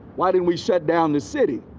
why didn't we shut down the city?